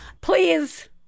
please